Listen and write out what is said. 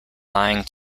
lying